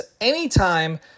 anytime